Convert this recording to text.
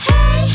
Hey